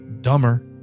dumber